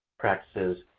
practices,